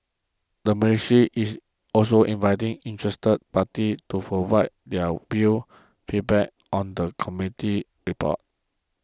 the mercy is also inviting interested parties to provide their views feedback on the committee's report